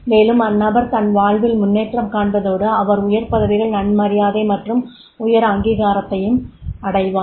மேலும் அந்நபர் தன் வாழ்வில் முன்னேற்றம் காண்பதோடு அவர் உயர் பதவிகள் நன்மரியாதை மற்றும் உயர் அங்கீகாரத்தையும் அடைவார்